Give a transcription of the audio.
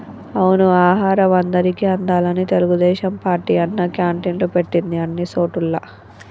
అవును ఆహారం అందరికి అందాలని తెలుగుదేశం పార్టీ అన్నా క్యాంటీన్లు పెట్టింది అన్ని సోటుల్లా